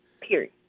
Period